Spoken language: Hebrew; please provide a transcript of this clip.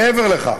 מעבר לכך,